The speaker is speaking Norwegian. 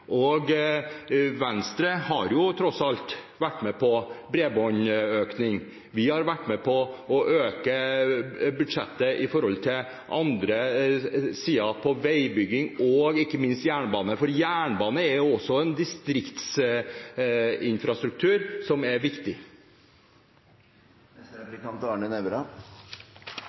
Og Venstre har tross alt vært med på bredbåndsøkning. Vi har vært med på å øke budsjettet som gjelder andre sider også, på veibygging og ikke minst på jernbane – for jernbane er også en distriktsinfrastruktur som er viktig. Jeg er